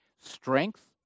strength